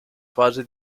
fase